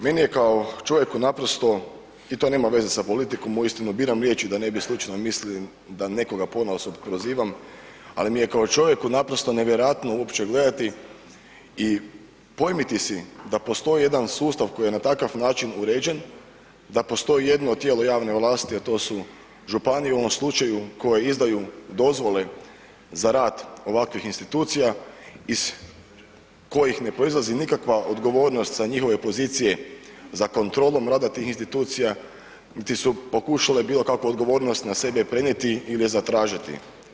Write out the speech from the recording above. Meni je kao čovjeku naprosto, i to nema veze sa politikom, uistinu biram riječi da ne bi slučajno mislili da nekoga ponaosob prozivam, ali mi je kao čovjeku naprosto nevjerojatno uopće gledati i pojmiti si da postoji jedan sustav koji je na takav način uređen, da postoji jedno tijelo javne vlasti, a to su županije u ovom slučaju koje izdaju dozvole za rad ovakvih institucija iz kojih ne proizlazi nikakva odgovornost sa njihove pozicije za kontrolom rada tih institucija niti su pokušale bilo kakvu odgovornost na sebe prenijeti ili zatražiti.